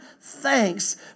thanks